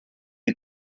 you